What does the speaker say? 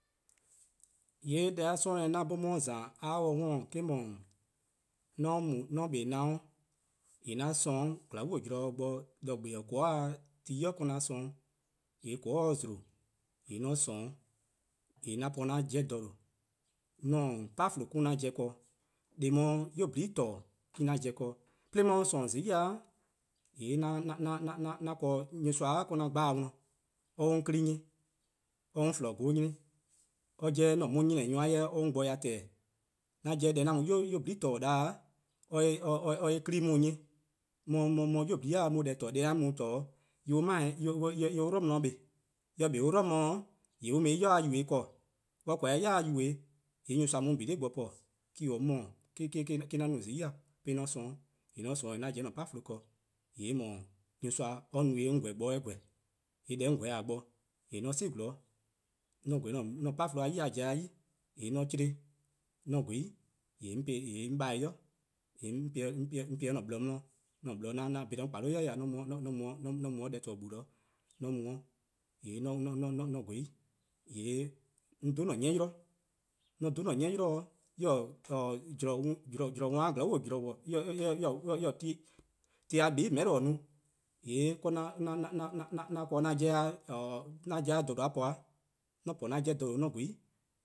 :Yee' deh-a 'sororn' :ne 'an 'bhorn 'on 'ye-a :za a 'ye-a dih 'worn-or eh-: 'dhu, :mor 'on mu 'on kpa 'nynior-', :yee' :mor 'on :sorn on :glaa'e zorn bo, :de 'bor-dih :soon'-beor-a ti 'i 'do 'an :sorn-dih-', :yee' :mor :soon'-an' beor zlo, :yee' :mor 'on :sorn, :yee' 'an po-a 'jeh :dha :due', 'an-a' 'chlee-deh: eh-: 'an pobo 'o ken-dih, deh 'on 'ye-a 'nynuu: :nyene' :torne' me-: 'an pobo ken-dih, :mor 'on 'ye-' :sorn :zai', :yee' :yee' nyorsoa or-: 'an dhele-dih or 'ye 'on 'kpa 'nyi, or 'ye 'on :flon-gwluhuh' 'nyi, or 'jeh 'an mo-: 'nyieh-eh nyor+-nyor+-a 'jeh or 'ye-uh 'on gbor-dih :tehn-di, 'an 'jeh deh 'an mu-a 'nynuu: :nyene' :torne 'da or 'ye-eh 'kpa+ 'on 'nyi, 'on 'ye 'nynuu: :nyene' deh :torne, deh+-a 'jeh 'an mu-a :torne' en 'ye 'de on 'dlu 'di kpa, :mor eh kpa 'de on 'dlu 'di, :yee' an mu-eh 'yi yubo-eh :korn, :mor on :korn eh-' 'yi yubo-eh, :yee' nyorsoa-a mu 'on :bhorlie' bo :po, me-: or-: mor-:, 'an no :zi 'de 'an :sorn, 'de jorwor: 'an pobo 'o 'an 'chlee-deh ken, :yee' eh :mor nyorsoa no-eh 'on :gweh bor 'weh :weh, :yee' deh 'on :gweh-a gbor :yee' :mor 'on 'si 'zorn, :mor 'on gweh-a 'an-a' 'chlee-deh-a ken-dih pobo-eh 'i, :yee' :mor 'on 'chle 'on :gweh 'i :yee' 'on ba-dih-eh 'i, :yee' 'on po-eh 'de 'an-a' blor 'di, 'an blor 'an dhele-a 'o 'on :kpabuh' 'i 'an mu-a 'de nyor+ deh :torne-gbu 'zorn 'de 'an mu 'de, :yee' :mor 'on 'gweh 'i, :yee' 'on dhe 'o 'an-a' 'ni 'yli, :mor 'on dhe 'o 'an 'ni 'yli-dih, :mor eh :taa ti-a buh+ :meheh'lo-a no, :yee' 'do 'an za 'an 'jeh :dha :due' po-eh, :mor 'on po 'an 'jeh :dha :due' 'on :gweh 'i,